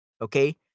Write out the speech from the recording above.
okay